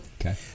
Okay